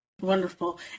wonderful